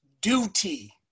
duty